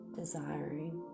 desiring